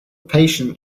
patient